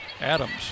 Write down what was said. Adams